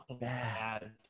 bad